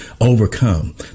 overcome